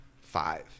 Five